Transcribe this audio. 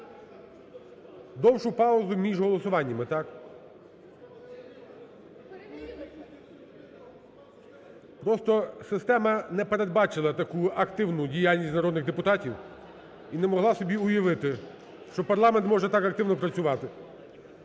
Довшу паузу між голосуваннями, так? Просто система не передбачила таку активну діяльність народних депутатів і не могла собі уявити, що парламент може так активно працювати.